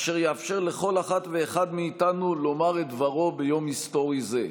אשר יאפשר לכל אחד ואחת מאיתנו לומר את דברו ביום היסטורי זה.